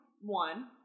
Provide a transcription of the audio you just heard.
one